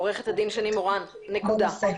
עורכת הדין שני מורן, נקודה.